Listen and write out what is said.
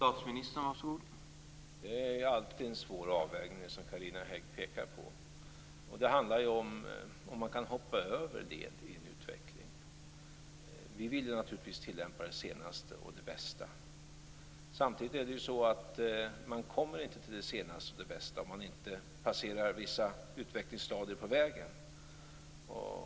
Herr talman! Det är alltid en svår avvägning, som Carina Hägg pekar på. Det handlar om huruvida man kan hoppa över led i en utveckling. Vi vill naturligtvis tillämpa den senaste och bästa tekniken. Samtidigt kommer man inte till det senaste och bästa om man inte passerar vissa utvecklingsstadier på vägen.